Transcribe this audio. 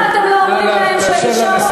למה אתם לא אומרים להם, תאפשר לה לסיים.